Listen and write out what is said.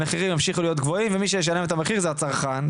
המחירים ימשיכו להיות גבוהים ומי שישלם את המחיר זה הצרכן,